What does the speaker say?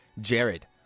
Jared